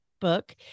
book